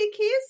kiss